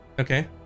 okay